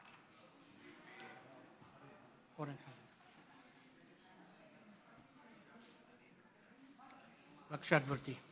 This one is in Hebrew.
בבקשה, גברתי.